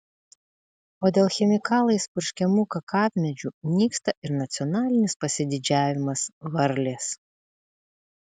o dėl chemikalais purškiamų kakavmedžių nyksta ir nacionalinis pasididžiavimas varlės